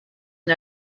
une